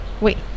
Wait